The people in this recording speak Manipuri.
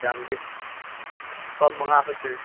ꯌꯥꯝꯗꯦ ꯂꯨꯄꯥ ꯃꯉꯥ ꯈꯛꯇꯅꯤ